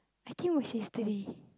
I think it was yesterday